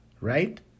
Right